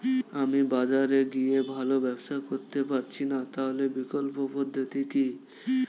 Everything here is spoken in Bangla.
আমি বাজারে গিয়ে ভালো ব্যবসা করতে পারছি না তাহলে বিকল্প পদ্ধতি কি?